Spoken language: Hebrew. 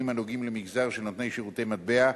הנוגעים למגזר של נותני שירותי מטבע,